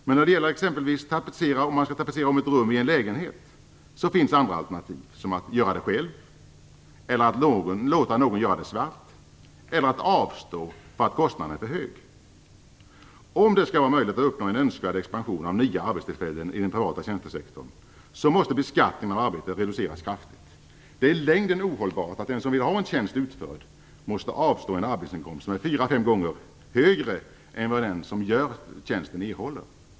Men när det gäller att exempelvis tapetsera om ett rum i en lägenhet finns andra alternativ, t.ex. att göra det själv, låta någon göra det "svart" eller att avstå för att kostnaden är för hög. Om det skall vara möjligt att uppnå en önskvärd expansion i den privata tjänstesektorn med nya arbetstillfällen som följd måste beskattningen av arbete reduceras kraftigt. Det är i längden ohållbart att den som vill ha en tjänst utförd måste avstå en arbetsinkomst som är fyra fem gånger högre än vad den som gör tjänsten erhåller.